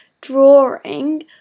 drawing